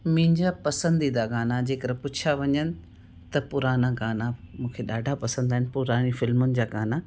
मुंहिंजा पसंदीदा गाना जेकर पुछिया वञनि त पुराणा गाना मूंखे ॾाढा पसंदि आहिनि पुराणे फिल्मुनि जा गाना